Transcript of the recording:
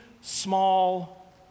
small